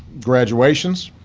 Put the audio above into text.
graduations,